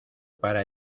para